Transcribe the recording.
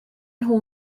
nhw